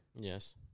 Yes